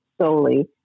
solely